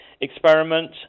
experiment